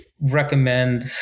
recommend